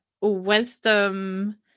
wisdom